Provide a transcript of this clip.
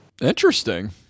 Interesting